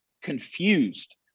confused